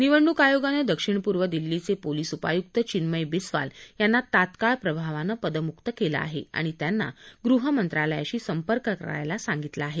निवडणुक आयोगानं दक्षिण पूर्व दिल्लीचे पोलीस उपायुक्त चिन्मय बिस्वाल यांना तात्काळ प्रभावानं पदमुक्त केलं आहे आणि त्यांना गृहमंत्रालयाशी संपर्क करायला सांगितलं आहे